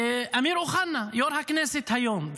אמיר אוחנה, יו"ר הכנסת היום.